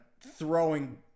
throwing